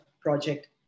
project